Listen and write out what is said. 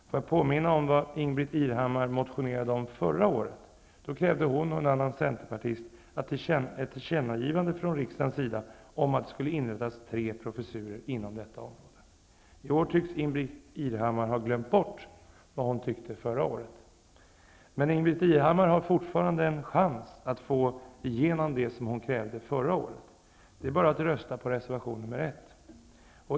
Får jag påminna om vad Ingbritt Irhammar motionerade om förra året. Då krävde hon och en annan centerpartist ett tillkännagivande från riksdagens sida om att det skulle inrättas tre professurer inom detta område. I år tycks Ingbritt Irhammar ha glömt bort vad hon tyckte förra året. Men Ingbritt Irhammar har fortfarande en chans att få igenom det som hon krävde förra året. Det är bara att rösta på reservation nr 1.